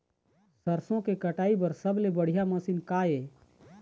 सरसों के कटाई बर सबले बढ़िया मशीन का ये?